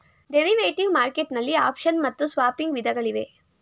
derivative market ನಲ್ಲಿ option ಮತ್ತು swapping ವಿಧಗಳಿವೆ